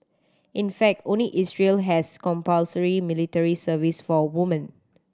in fact only Israel has compulsory military service for women